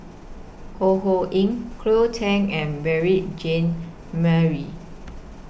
Ho Ho Ying Cleo Thang and Jean Marie